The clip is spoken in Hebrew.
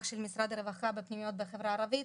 של משרד הרווחה בפנימיות בחברה הערבית,